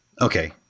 Okay